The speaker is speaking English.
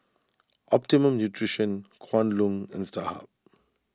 Optimum Nutrition Kwan Loong and Starhub